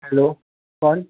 hello कौन